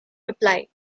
replied